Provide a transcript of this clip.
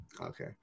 Okay